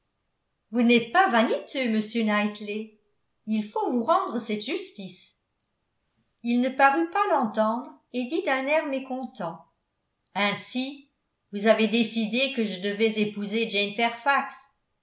vous n'êtes pas vaniteux monsieur knightley il faut vous rendre cette justice il ne parut pas l'entendre et dit d'un air mécontent ainsi vous avez décidé que je devais épouser jane